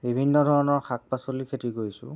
বিভিন্ন ধৰণৰ শাক পাচলিৰ খেতি কৰিছোঁ